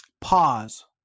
pause